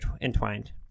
entwined